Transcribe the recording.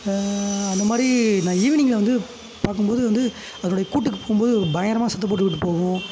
அந்த மாதிரி நான் ஈவினிங்கில் வந்து பார்க்கும்போது வந்து அதனுடைய கூட்டுக்குப் போகும்போது பயங்கரமாக சத்தம் போட்டுக்கிட்டு போகும்